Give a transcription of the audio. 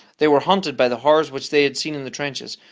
they were haunted by the horrors which they had seen in the trenches.